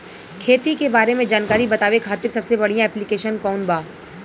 खेती के बारे में जानकारी बतावे खातिर सबसे बढ़िया ऐप्लिकेशन कौन बा?